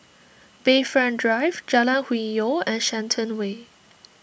Bayfront Drive Jalan Hwi Yoh and Shenton Way